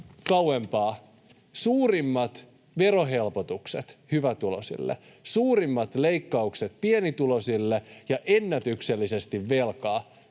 kauempaa. Suurimmat verohelpotukset hyvätuloisille, suurimmat leikkaukset pienituloisille, ja ennätyksellisesti velkaa,